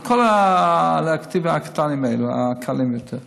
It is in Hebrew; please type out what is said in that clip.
לכל הניתוחים הקטנים האלה, הקלים יותר.